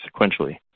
sequentially